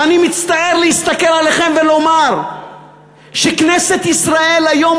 ואני מצטער להסתכל עליכם ולומר שכנסת ישראל היום,